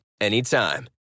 anytime